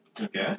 Okay